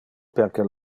perque